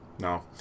No